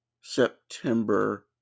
September